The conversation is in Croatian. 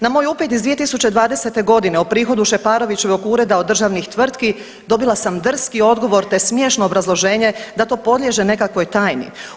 Na moj upit iz 2020. godine o prihodu Šeparovićevog ureda od državnih tvrtki dobila sam drski odgovor te smiješno obrazloženje da to podliježe nekakvoj tajni.